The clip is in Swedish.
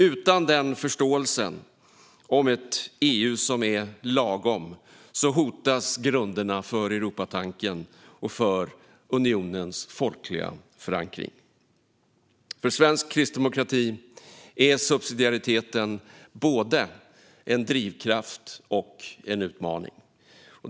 Utan den förståelsen, om ett EU som är lagom, hotas grunderna för Europatanken och unionens folkliga förankring. För svensk kristdemokrati är subsidiariteten både en drivkraft och en utmaning.